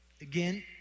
again